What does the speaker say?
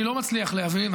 אני לא מצליח להבין,